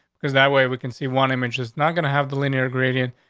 because that way we can see one image is not gonna have the linear ingredient.